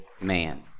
man